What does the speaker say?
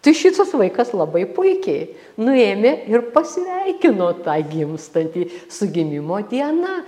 tai šitas vaikas labai puikiai nu ėmė ir pasveikino tą gimstantį su gimimo diena